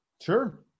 Sure